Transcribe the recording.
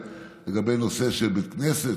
היה אפילו תיקון קטן לגבי נושא של בית כנסת,